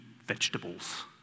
vegetables